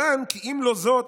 יען כי אם לא זאת,